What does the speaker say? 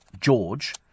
George